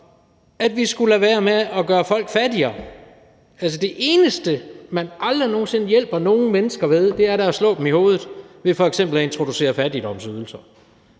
at vi skulle lade være med at gøre folk fattigere. Det eneste, man aldrig nogen sinde hjælper nogen mennesker ved, er da at slå dem i hovedet ved f.eks. at introducere fattigdomsydelser.